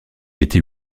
était